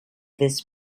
this